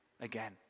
again